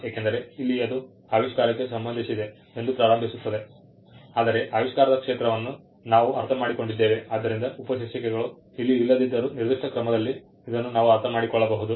ಏಕೆಂದರೆ ಇಲ್ಲಿ ಅದು ಆವಿಷ್ಕಾರಕ್ಕೆ ಸಂಬಂಧಿಸಿದೆ ಎಂದು ಪ್ರಾರಂಭಿಸುತ್ತದೆ ಆದರೆ ಆವಿಷ್ಕಾರದ ಕ್ಷೇತ್ರವನ್ನು ನಾವು ಅರ್ಥಮಾಡಿಕೊಂಡಿದ್ದೇವೆ ಆದ್ದರಿಂದ ಉಪಶೀರ್ಷಿಕೆಗಳು ಇಲ್ಲಿ ಇಲ್ಲದಿದ್ದರೂ ನಿರ್ದಿಷ್ಟ ಕ್ರಮದಲ್ಲಿ ಇದನ್ನು ನಾವು ಅರ್ಥಮಾಡಿಕೊಳ್ಳಬಹುದು